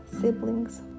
siblings